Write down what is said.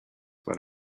what